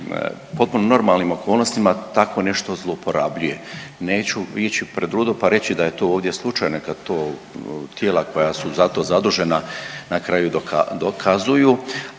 potpuno normalnim okolnostima tako nešto zlouporabljuje. Neću ići pred rudo pa reći da je to ovdje slučaj, neka to tijela koja su za to zadužena na kraju dokazuju,